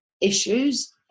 issues